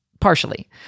partially